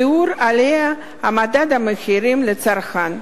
שיעור עליית מדד המחירים לצרכן.